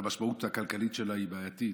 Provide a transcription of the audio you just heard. אז המשמעות הכלכלית שלה היא בעייתית,